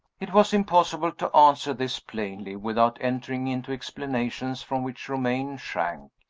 it was impossible to answer this plainly without entering into explanations from which romayne shrank.